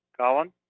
Colin